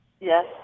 Yes